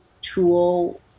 tool